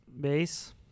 base